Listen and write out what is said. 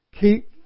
Keep